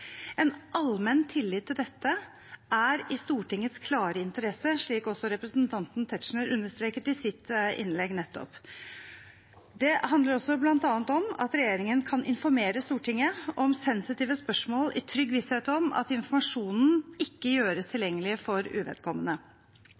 En allmenn tillit til dette er i Stortingets klare interesse, slik også representanten Tetzschner understreket i sitt innlegg nettopp. Det handler også bl.a. om at regjeringen kan informere Stortinget om sensitive spørsmål i trygg visshet om at informasjonen ikke gjøres